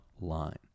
line